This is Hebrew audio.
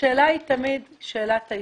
השאלה היא תמיד שאלת האיזון.